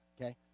okay